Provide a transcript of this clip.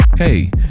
Hey